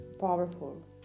Powerful